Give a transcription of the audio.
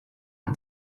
are